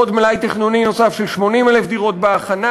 עוד מלאי תכנוני נוסף של 80,000 דירות בהכנה.